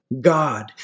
God